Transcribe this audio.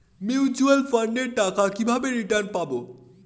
Mutual ফান্ডের টাকা কিভাবে রিটার্ন পাব?